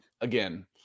again